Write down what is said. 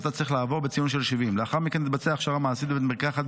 שאותה צריך לעבור בציון 70. לאחר מכן תתבצע הכשרה מעשית בבית מרקחת,